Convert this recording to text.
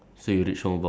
um